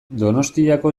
donostiako